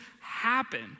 happen